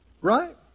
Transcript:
Right